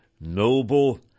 noble